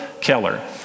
Keller